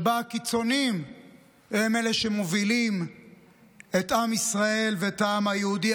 שהקיצוניים הם אלה שמובילים את עם ישראל ואת העם היהודי,